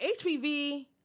HPV